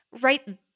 right